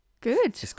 Good